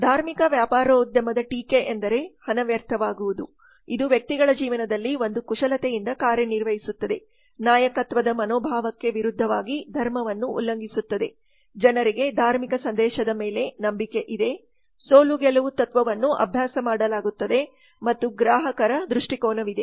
ಧಾರ್ಮಿಕ ವ್ಯಾಪಾರೋದ್ಯಮದ ಟೀಕೆ ಎಂದರೆ ಹಣ ವ್ಯರ್ಥವಾಗುವುದು ಇದು ವ್ಯಕ್ತಿಗಳ ಜೀವನದಲ್ಲಿ ಒಂದು ಕುಶಲತೆಯಿಂದ ಕಾರ್ಯನಿರ್ವಹಿಸುತ್ತದೆ ನಾಯಕತ್ವದ ಮನೋಭಾವಕ್ಕೆ ವಿರುದ್ಧವಾಗಿ ಧರ್ಮವನ್ನು ಉಲ್ಲಂಘಿಸುತ್ತದೆ ಜನರಿಗೆ ಧಾರ್ಮಿಕ ಸಂದೇಶದ ಮೇಲೆ ನಂಬಿಕೆ ಇದೆ ಸೋಲು ಗೆಲುವು ತತ್ವವನ್ನು ಅಭ್ಯಾಸ ಮಾಡಲಾಗುತ್ತದೆ ಮತ್ತು ಗ್ರಾಹಕರ ದೃಷ್ಟಿಕೋನವಿದೆ